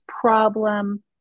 problem